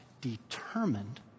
determined